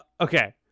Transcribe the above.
Okay